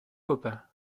copain